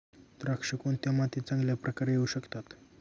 द्राक्षे कोणत्या मातीत चांगल्या प्रकारे येऊ शकतात?